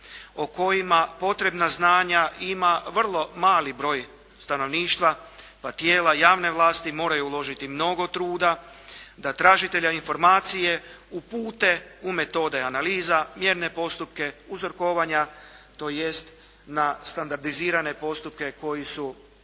o kojima potrebna znanja ima vrlo mali broj stanovništva, pa tijela javne vlasti moraju uložiti mnogo truda da tražitelja informacije upute u metode analiza, mjerne postupke, uzrokovanja tj. na standardizirane postupke koji su